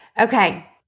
Okay